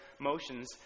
motions